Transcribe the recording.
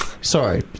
Sorry